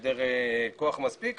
היעדר כוח מספיק,